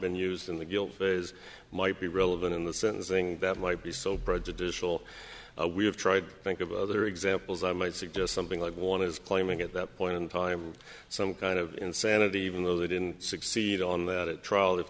been used in the guilt phase might be relevant in the sentencing that might be so prejudicial we have tried think of other examples i might suggest something like one is claiming at the point in time some kind of insanity even though they didn't succeed on that at trial if